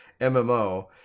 MMO